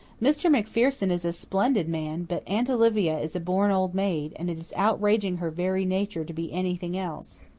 mr. macpherson is a splendid man, but aunt olivia is a born old maid, and it is outraging her very nature to be anything else.